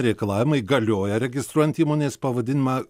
reikalavimai galioja registruojant įmonės pavadinimą